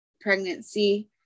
pregnancy